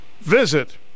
Visit